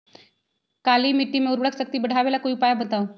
काली मिट्टी में उर्वरक शक्ति बढ़ावे ला कोई उपाय बताउ?